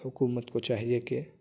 حکومت کو چاہیے کہ